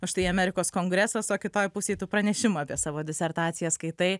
štai amerikos kongresas o kitoje pusėje tu pranešimą apie savo disertaciją skaitai